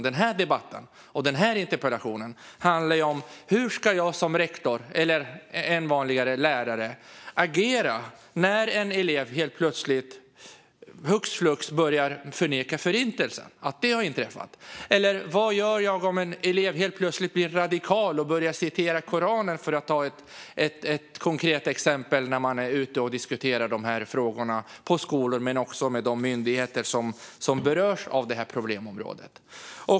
Den här debatten och den här interpellationen handlar om hur jag som rektor eller, än vanligare, som lärare ska agera när en elev helt plötsligt hux flux börjar förneka Förintelsen och att den har inträffat. Eller vad gör jag om en elev helt plötsligt blir radikal och börjar citera Koranen? Det är ett konkret exempel jag hör om när jag är ute och diskuterar de här frågorna på skolor men också med de myndigheter som berörs av problemområdet.